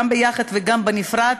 גם ביחד וגם בנפרד,